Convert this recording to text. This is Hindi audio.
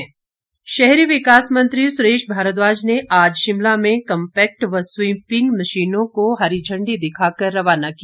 सुरेश भारद्वाज शहरी विकास मंत्री सुरेश भारद्वाज ने आज शिमला में कंपैक्ट व स्वीपिंग मशीनों को हरी झंडी दिखाकर रवाना किया